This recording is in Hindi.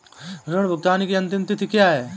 ऋण भुगतान की अंतिम तिथि क्या है?